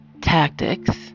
tactics